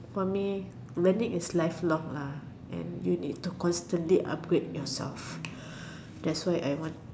for me learning is life long lah and you need to constantly upgrade yourself that's why I want